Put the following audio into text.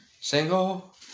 Single